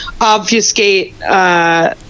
obfuscate